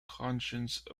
conscience